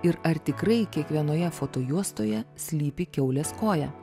ir ar tikrai kiekvienoje foto juostoje slypi kiaulės koja